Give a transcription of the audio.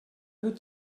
good